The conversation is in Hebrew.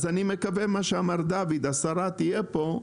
אז אני מקווה מה שאמר דוד, השרה תהיה פה,